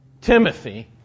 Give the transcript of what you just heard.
Timothy